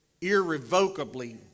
irrevocably